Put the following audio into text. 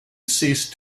ceased